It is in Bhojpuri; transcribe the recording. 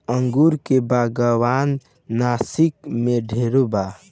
अंगूर के बागान नासिक में ढेरे बा